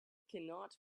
cannot